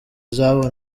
zabo